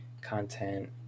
content